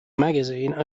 magazine